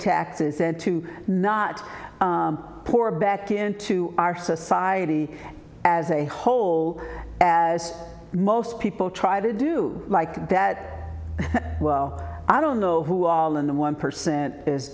taxes and to not poor back into our society as a whole as most people try to do like that well i don't know who all in the one percent is